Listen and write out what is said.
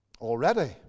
already